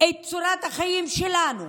את צורת החיים שלנו,